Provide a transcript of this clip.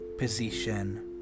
position